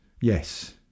Yes